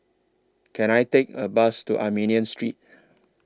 Can I Take A Bus to Armenian Street